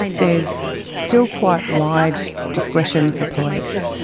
there is still quite wide discretion for police.